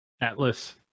Atlas